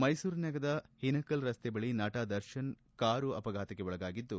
ಮೈಸೂರು ನಗರದ ಹಿನಕಲ್ ರಸ್ತೆ ಬಳಿ ನಟ ದರ್ಶನ್ ಕಾರು ಅಪಘಾತಕ್ಕೆ ಒಳಗಾಗಿದ್ದು